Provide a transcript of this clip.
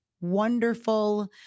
wonderful